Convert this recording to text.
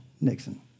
Nixon